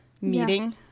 meeting